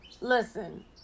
listen